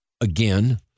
Again